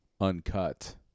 uncut